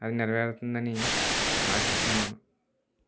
అది నెరవేరుతుందని ఆశిస్తున్నాను